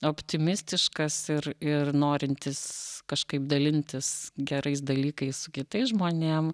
optimistiškas ir ir norintis kažkaip dalintis gerais dalykais su kitais žmonėm